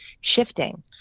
shifting